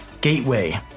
gateway